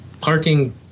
Parking